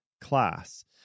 class